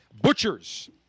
Butchers